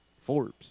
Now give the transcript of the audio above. Forbes